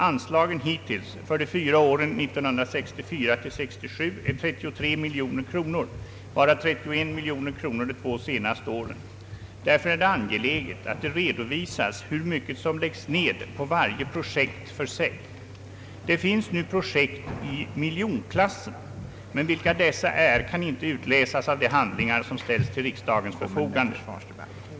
Anslagen hittills för de fyra åren 1964— 1967 är 33 miljoner kronor, varav 31 miljoner kronor de två senaste åren. Därför är det angeläget att det redovisas hur mycket som läggs ned på varje projekt för sig. Det finns nu projekt i miljonklassen, men vilka dessa är kan inte utläsas av de handlingar som ställts till riksdagens förfogande.